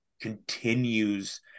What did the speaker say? continues